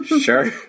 sure